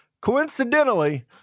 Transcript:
Coincidentally